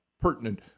pertinent